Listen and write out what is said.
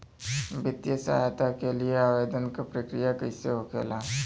वित्तीय सहायता के लिए आवेदन क प्रक्रिया कैसे होखेला?